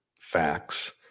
facts